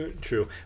true